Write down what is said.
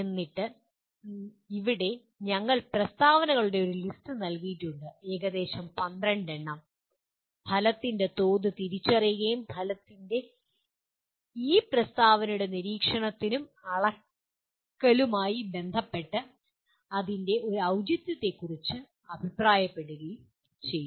എന്നിട്ട് ഇവിടെ ഞങ്ങൾ പ്രസ്താവനകളുടെ ഒരു ലിസ്റ്റ് നൽകിയിട്ടുണ്ട് ഏകദേശം 12 എണ്ണം ഫലത്തിൻ്റെ തോത് തിരിച്ചറിയുകയും ഫലത്തിൻ്റെ ഈ പ്രസ്താവനയുടെ നിരീക്ഷണത്തിനും അളക്കാനുമായി ബന്ധപ്പെട്ട് അതിൻ്റെ ഔചിതൃത്തെക്കുറിച്ച് അഭിപ്രായപ്പെടുകയും ചെയ്യുന്നു